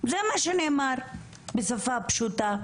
זה מה שנאמר בשפה פשוטה.